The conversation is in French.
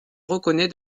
reconnaît